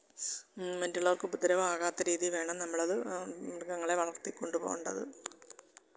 മറ്റുള്ളവര്ക്ക് ഉപദ്രവം ആകാത്ത രീതിയിൽ വേണം നമ്മൾ അത് മൃഗങ്ങളെ വളര്ത്തിക്കൊണ്ട് പോവേണ്ടത്